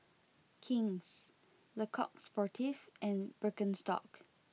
King's Le Coq Sportif and Birkenstock